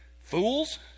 Fools